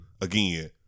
Again